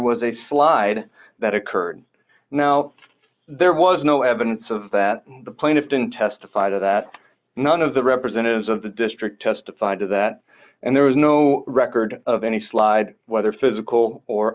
was a slide that occurred now there was no evidence of that the plaintiff didn't testify that none of the representatives of the district testified to that and there was no record of any slide whether physical or